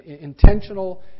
intentional